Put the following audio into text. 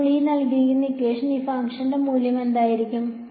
അപ്പോൾ ഈ ഫംഗ്ഷന്റെ മൂല്യം എന്തായിരിക്കും